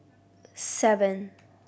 seven